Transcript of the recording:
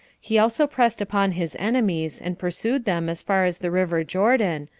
he also pressed upon his enemies, and pursued them as far as the river jordan,